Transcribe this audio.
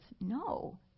No